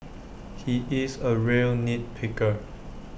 he is A real nit picker